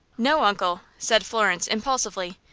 no, uncle, said florence, impulsively,